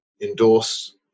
endorse